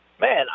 man